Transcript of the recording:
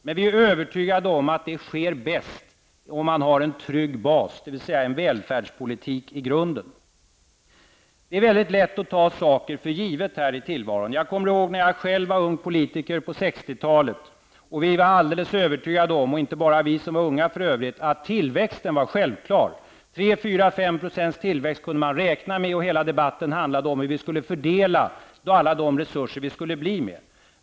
Men vi är övertygade om att det sker bäst om man har en trygg bas, dvs. en välfärdspolitik i grunden. Det är mycket lätt att ta saker för givet här i tillvaron. Jag kommer ihåg när jag själv var ung politiker på 1960-talet. Vi var alldeles övertygade om -- och inte bara vi som var unga för övrigt -- att tillväxten var självklar. Tre fyra fem procent tillväxt kunde man räkna med och hela debatten handlade om hur vi skulle fördela alla de resurer vi skulle få.